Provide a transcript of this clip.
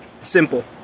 simple